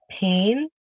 pain